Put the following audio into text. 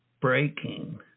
breaking